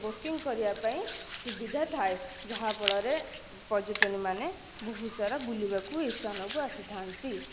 boating କରିବା ପାଇଁ ସୁବିଧା ଥାଏ ଯାହା ଫଳରେ ପର୍ଯ୍ୟଟନମାନେ ବହୁତ ସାରା ବୁଲିବାକୁ ଏହି ସ୍ଥାନକୁ ଆସିଥାନ୍ତି